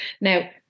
now